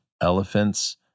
elephants